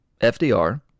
FDR